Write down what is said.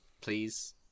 please